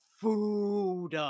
food